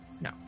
No